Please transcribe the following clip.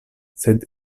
sed